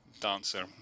dancer